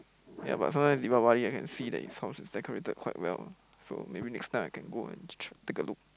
ya but sometimes Deepavali I can see that his house is decorated quite well so maybe next time I can go and t~ take a look